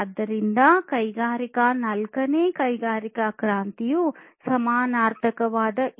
ಆದ್ದರಿಂದ ಕೈಗಾರಿಕಾ ನಾಲ್ಕನೇ ಕೈಗಾರಿಕಾ ಕ್ರಾಂತಿಯ ಸಮಾನಾರ್ಥಕವಾದ ಇಂಡಸ್ಟ್ರಿ4